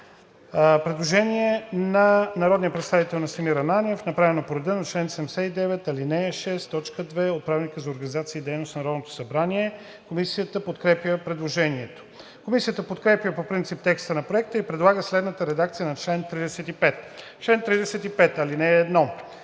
Предложение на народния представител Ива Митева, направено по реда на чл. 79, ал. 6, т. 2 от Правилника за организацията и дейността на Народното събрание. Комисията подкрепя предложението. Комисията подкрепя по принцип текста на Проекта и предлага следната редакция на чл. 95: „Чл. 95.